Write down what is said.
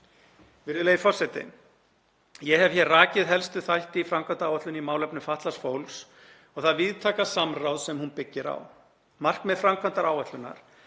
Virðulegi forseti. Ég hef hér rakið helstu þætti í framkvæmdaáætlun í málefnum fatlaðs fólks og það víðtæka samráð sem hún byggir á. Markmið framkvæmdaáætlunar